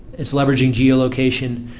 it's leveraging geolocation,